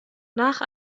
nach